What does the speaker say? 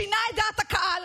שינה את דעת הקהל,